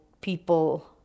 people